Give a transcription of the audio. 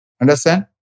Understand